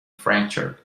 fracture